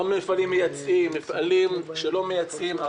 לא מפעלים מייצאים אלא מפעלים שלא מייצאים,